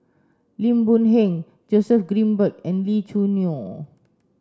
Lim Boon Heng Joseph Grimberg and Lee Choo Neo